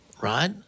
right